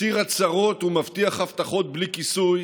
מצהיר הצהרות ומבטיח הבטחות בלי כיסוי